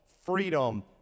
Freedom